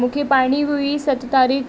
मुखे पाइणी हुई सत तारीख़